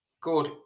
Good